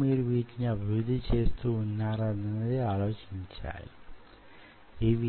మీద స్ప్రే కొట్టడం వంటివి చేస్తే కణాల యెదుగుదల ఆగిపోగలదు